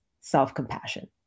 self-compassion